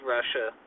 Russia